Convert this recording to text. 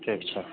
ठीक छै